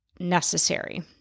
necessary